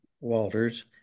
Walters